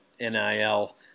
NIL